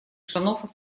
штанов